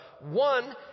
One